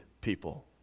people